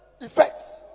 effects